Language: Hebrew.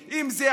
המפגינים,